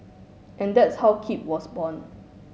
and that's how Keep was born